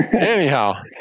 Anyhow